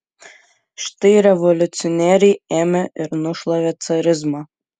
štai revoliucionieriai ėmė ir nušlavė carizmą